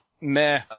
meh